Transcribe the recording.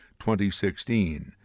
2016